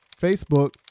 Facebook